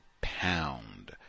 pound